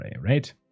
right